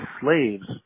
slaves